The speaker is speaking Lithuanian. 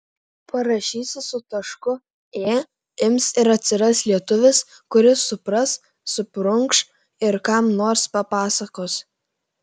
parašysi su tašku ė ims ir atsiras lietuvis kuris supras suprunkš ir kam nors papasakos